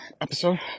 episode